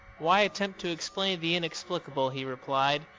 why attempt to explain the inexplicable? he replied.